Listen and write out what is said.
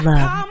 Love